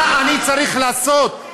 מה אני צריך לעשות?